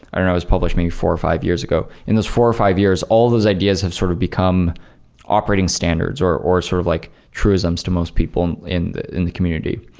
i don't know, it's published maybe four or five years ago. in those four or five years, all those ideas have sort of become operating standards, or or sort of like truisms to most people in in the community.